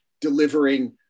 delivering